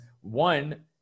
one